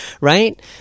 right